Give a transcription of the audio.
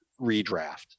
redraft